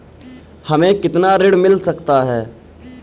हमें कितना ऋण मिल सकता है?